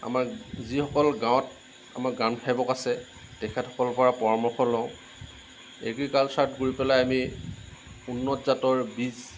আমাৰ যিসকল গাঁৱত আমাৰ গ্ৰাম সেৱক আছে তেখেতসকলৰ পৰা পৰামৰ্শ লওঁ এগ্ৰিকালচাৰত গৈ পেলাই আমি উন্নত জাতৰ বীজ